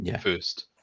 first